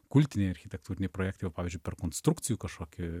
kultiniai architektūriniai projektai va pavyzdžiui per konstrukcijų kažkokį